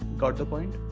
got the point?